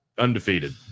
undefeated